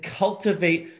cultivate